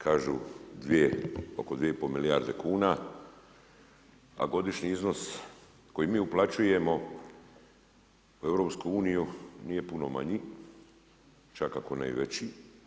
Kažu oko 2 i pol milijarde kuna, a godišnji iznos koji mi uplaćujemo u EU nije puno manji, čak ako ne i veći.